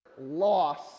loss